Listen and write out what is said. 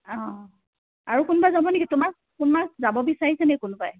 অঁ আৰু কোনোবা যাব নেকি তোমাক কোনোবা যাব বিচাৰিছেনি কোনোবাই